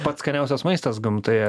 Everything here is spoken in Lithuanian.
pats skaniausias maistas gamtoje